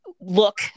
look